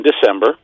December